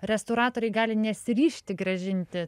restauratoriai gali nesiryžti grąžinti